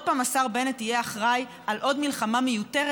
פעם השר בנט יהיה אחראי לעוד מלחמה מיותרת,